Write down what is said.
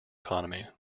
economy